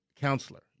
counselor